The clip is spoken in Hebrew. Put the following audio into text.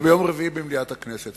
וביום רביעי במליאת הכנסת,